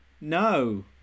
no